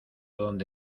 dónde